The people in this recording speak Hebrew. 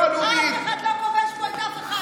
הלאומית -- אף אחד לא כובש פה אף אחד.